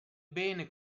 bene